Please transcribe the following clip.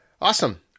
Awesome